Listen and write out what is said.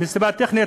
מסיבה טכנית,